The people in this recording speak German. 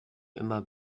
immer